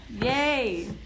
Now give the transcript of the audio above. Yay